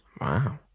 Wow